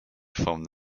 formed